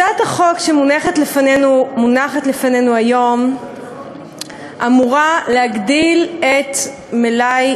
הצעת החוק שמונחת לפנינו היום אמורה להגדיל את מלאי